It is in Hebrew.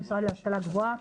המשרד להשכלה גבוהה,